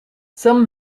some